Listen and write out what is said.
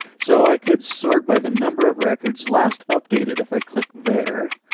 so i could sort by the number of records last updated. if i click there,